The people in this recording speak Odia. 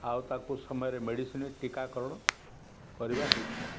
ଆଉ ତାକୁ ସମୟରେ ମେଡ଼ିସିନ ଟିକାକରଣ କରିବା ହେଉଥାଏ